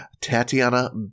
tatiana